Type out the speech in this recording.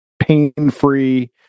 pain-free